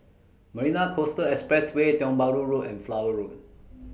Marina Coastal Expressway Tiong Bahru Road and Flower Road